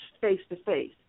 face-to-face